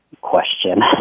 question